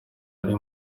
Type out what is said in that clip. ari